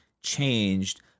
changed